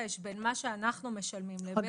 כל מה שהפרש בין מה שאנחנו משלמים לבין